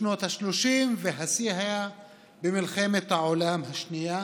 בשנות השלושים, והשיא היה במלחמת העולם השנייה,